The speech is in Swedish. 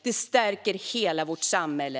Det stärker hela vårt samhälle.